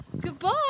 Goodbye